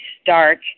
stark